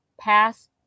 pass